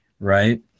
right